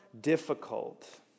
difficult